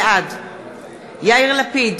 בעד יאיר לפיד,